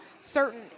certain